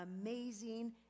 amazing